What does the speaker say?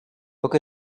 book